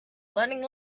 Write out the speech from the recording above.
learning